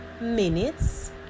minutes